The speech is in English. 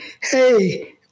hey